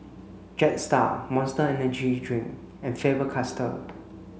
Jetstar Monster Energy Drink and Faber Castell